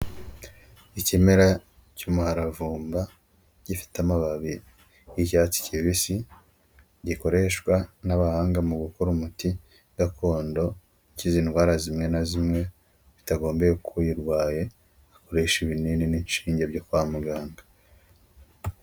Ikimera cy'umuharavumba gifite amababi y'icyatsi kibisi, gikoreshwa n'abahanga mu gukora umuti gakondo, ukiza ndwara zimwe na zimwe, bitagombeye ko uyirwaye akoresha ibinini n'inshinge byo kwa muganga.